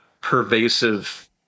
pervasive